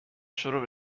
شروع